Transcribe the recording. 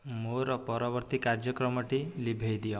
ମୋର ପରବର୍ତ୍ତୀ କାର୍ଯ୍ୟକ୍ରମଟି ଲିଭେଇ ଦିଅ